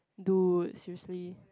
do seriously